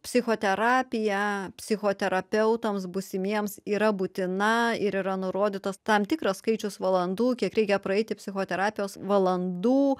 psichoterapija psichoterapeutams būsimiems yra būtina ir yra nurodytos tam tikras skaičius valandų kiek reikia praeiti psichoterapijos valandų